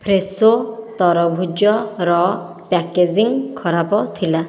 Fresho ତରଭୁଜର packaging ଖରାପ ଥିଲା